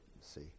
See